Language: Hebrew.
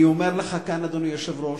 אני אומר לך כאן, אדוני היושב-ראש,